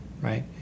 right